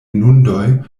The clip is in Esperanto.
inundoj